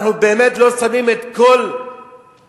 אנחנו באמת לא שמים את כל המחשבה,